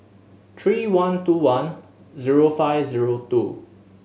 three one two one zero five zero two